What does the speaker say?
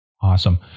Awesome